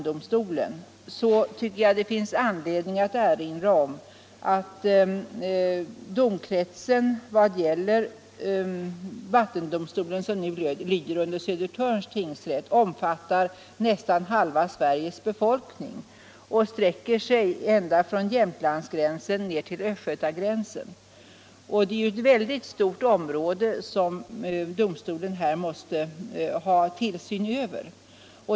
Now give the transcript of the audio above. Det finns anledning att erinra om att domkretsen när det gäller vattendomstolen, som nu lyder under Södertörns tingsrätt, omfattar nästan halva Sveriges befolkning och sträcker sig från Jämtlandsgränsen till Östgötagränsen. Det är ett mycket stort område som domstolen måste ha tillsyn över.